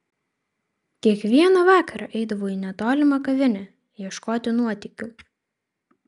kiekvieną vakarą eidavau į netolimą kavinę ieškoti nuotykių